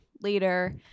later